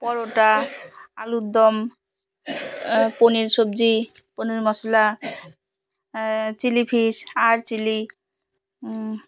পরোটা আলুর দম পনির সবজি পনির মশলা চিলি ফিশ আর চিলি